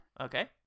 Okay